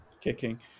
Kicking